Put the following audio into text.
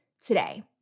today